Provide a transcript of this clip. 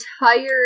entire